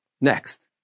Next